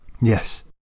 Yes